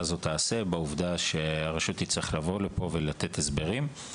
הזאת תעשה בעובדה שהרשות תצטרך לבוא לפה ולתת הסברים.